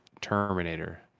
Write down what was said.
Terminator